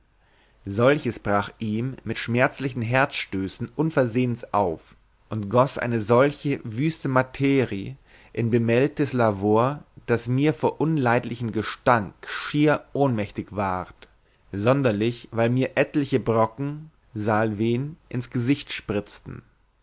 solches brach ihm mit schmerzlichen herzstößen unversehens auf und goß eine solche wüste materi in bemeldtes lavor daß mir vor unleidlichem gestank schier ohnmächtig ward sonderlich weil mir etliche brocken sal ven ins gesicht sprützten